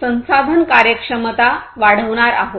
संसाधन कार्यक्षमता वाढवणार आहोत